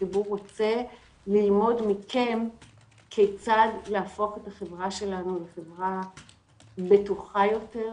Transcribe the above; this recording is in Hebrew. הציבור רוצה ללמוד מכם כיצד להפוך את החברה שלנו לחברה בטוחה יותר,